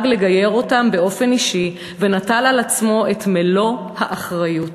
לגייר אותם באופן אישי ונטל על עצמו את מלוא האחריות.